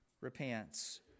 repents